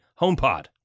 HomePod